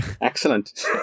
Excellent